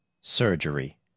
Surgery